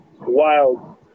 wild